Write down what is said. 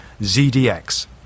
ZDX